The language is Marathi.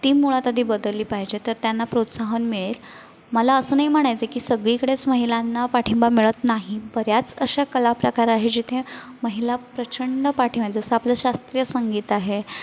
ती मुळात आधी बदलली पाहिजे तर त्यांना प्रोत्साहन मिळेल मला असं नाही म्हणायचं की सगळीकडेच महिलांना पाठिंबा मिळत नाही बऱ्याच अश्या कलाप्रकार आहे जिथे महिला प्रचंड पाठीमागं जसं आपलं शास्त्रीय संगीत आहे